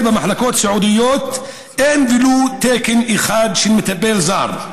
במחלקות סיעודיות אין ולו תקן אחד של מטפל זר.